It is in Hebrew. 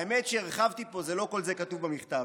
האמת שהרחבתי פה, לא כל זה כתוב במכתב.